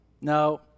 no